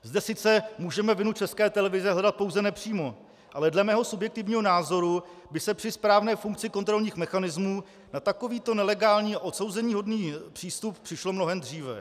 Zde sice můžeme vinu České televize hledat pouze nepřímo, ale dle mého subjektivního názoru by se při správné funkci kontrolních mechanismů na takovýto nelegální a odsouzeníhodný přístup přišlo mnohem dříve.